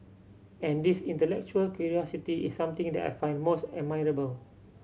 and this intellectual curiosity is something that I find most admirable